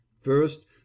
first